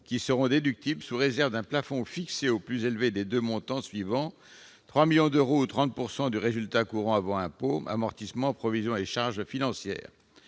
seront déductibles sous réserve d'un plafond fixé au plus élevé des deux montants suivants : 3 millions d'euros ou 30 % du résultat courant avant impôts, amortissements, provisions et charges financières.